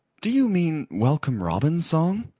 do you mean welcome robin's song?